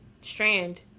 strand